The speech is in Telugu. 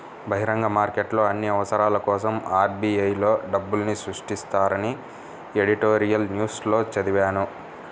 బహిరంగ మార్కెట్లో అన్ని అవసరాల కోసరం ఆర్.బి.ఐ లో డబ్బుల్ని సృష్టిస్తారని ఎడిటోరియల్ న్యూస్ లో చదివాను